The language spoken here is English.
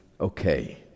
okay